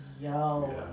Yo